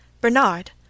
Bernard